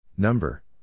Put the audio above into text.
Number